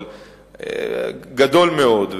אבל גדול מאוד,